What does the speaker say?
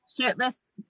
shirtless